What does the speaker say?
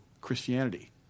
Christianity